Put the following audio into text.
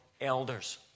elders